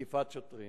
תקיפת שוטרים,